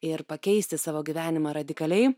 ir pakeisti savo gyvenimą radikaliai